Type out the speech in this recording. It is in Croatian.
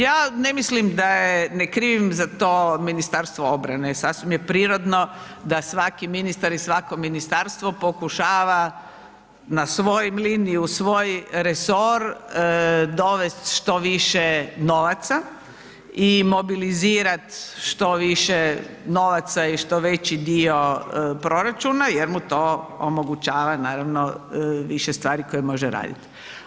Ja ne mislim da je, ne krivim za to Ministarstvo obrane, sasvim jer prirodno da svaki ministar i svako ministarstvo pokušava na svoju liniju u svoj resor dovesti što više novaca i mobilizirat što više novaca i što veći dio proračuna jer mu to omogućava naravno više stvari koje može raditi.